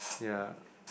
ya